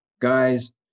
guys